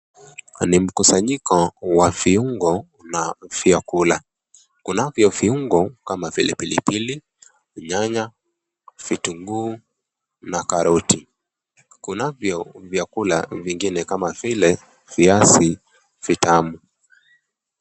Nimkusanyiko wa viungo na vyakula, kunavyo viungo kama vile pilipili, nyanya, vitunguu na karoti. Kunavyo vyakula vingine kama vile viazi vitamu.